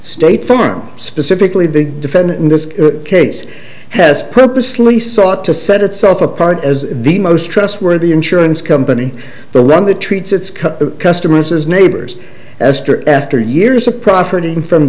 state farm specifically the defendant in this case has purposely sought to set itself apart as the most trustworthy insurance company the one that treats its cut the customers as neighbors esther after years of profiting from